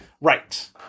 Right